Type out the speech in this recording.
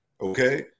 Okay